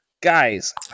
guys